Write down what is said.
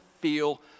feel